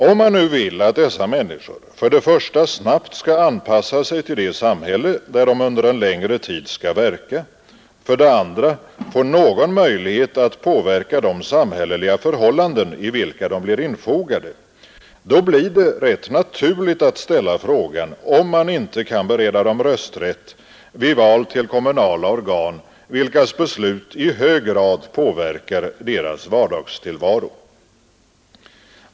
Om man vill att dessa människor för det första snabbt skall anpassa sig till det samhälle, där de under en längre tid skall verka, för det andra få någon möjlighet att påverka de samhälleliga förhållanden i vilka de blir infogade, blir det naturligt att ställa frågan, om man inte kan bereda dem rösträtt vid val till kommunala organ, vilkas beslut i hög grad påverkar deras vardagstillvaro.